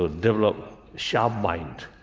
ah develop a sharp mind.